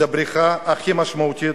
זו הבריחה הכי משמעותית